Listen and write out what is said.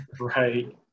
right